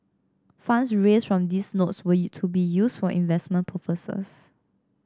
funds raised from these notes were to be used for investment purposes